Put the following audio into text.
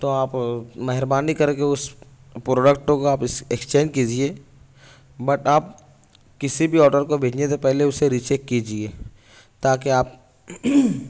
تو آپ مہربانی کر کے اس پروڈکٹ کو آپ ایکس ایکسچینج کیجیے بٹ آپ کسی بھی آڈر کو بھیجنے سے پہلے اسے ری چیک کیجیے تاکہ آپ